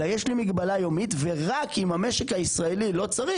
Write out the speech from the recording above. אלא יש לי מגבלה יומית ורק אם המשק הישראלי לא צריך,